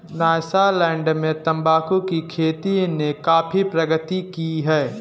Nyasaland में तंबाकू की खेती ने काफी प्रगति की है